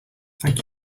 thank